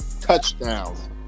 touchdowns